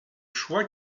choix